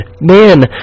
man